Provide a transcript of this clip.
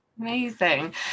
Amazing